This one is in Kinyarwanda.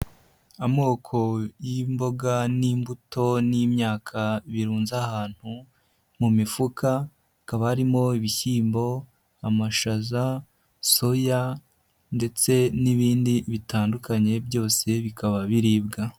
Amoko y'imboga n'imbuto n'imyaka birunze ahantu mu mifuka, hakaba harimo: ibishyimbo, amashaza, soya ndetse n'ibindi bitandukanye byose bikaba biribwa.